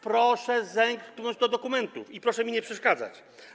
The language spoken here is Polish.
Proszę zerknąć do dokumentów i proszę mi nie przeszkadzać.